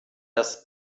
das